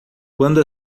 quando